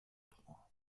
trois